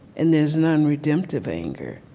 and there's non-redemptive anger.